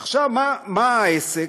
עכשיו, מה העסק?